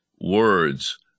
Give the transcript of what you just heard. words